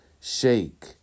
shake